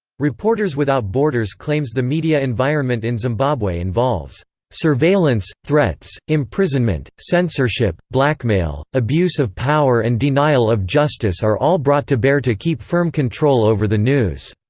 reporters without borders claims the media environment in zimbabwe involves surveillance, threats, imprisonment, censorship, blackmail, abuse of power and denial of justice are all brought to bear to keep firm control over the news.